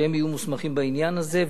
שהם יהיו מוסמכים בעניין הזה.